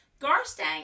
Garstang